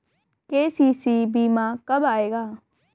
KCC बीमा कब आएगा?